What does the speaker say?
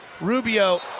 Rubio